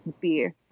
beer